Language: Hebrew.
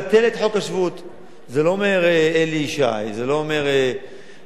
זה לא אומר אלי ישי, זה לא אומר נציג ש"ס.